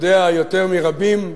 יודע יותר מרבים,